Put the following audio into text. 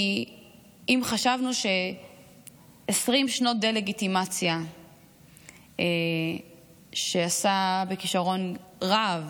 כי אם חשבנו ש-20 שנות דה-לגיטימציה שעשה בכישרון רב